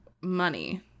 money